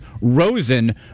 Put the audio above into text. Rosen